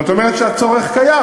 זאת אומרת שהצורך קיים.